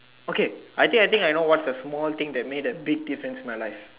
okay I think I think I know what's the small thing that made a big difference in my life